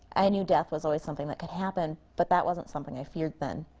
i knew death was always something that could happen, but that wasn't something i feared then.